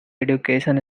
education